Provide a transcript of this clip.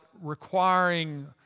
requiring